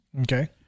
Okay